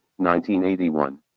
1981